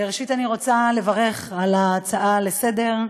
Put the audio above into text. ראשית אני רוצה לברך על ההצעה לסדר-היום,